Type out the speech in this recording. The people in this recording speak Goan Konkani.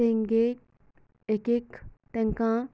तेंगे एक एक तेंकां